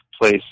place